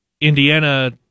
Indiana